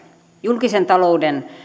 julkisen talouden